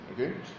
okay